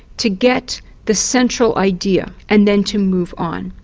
to get the central idea and then to move on,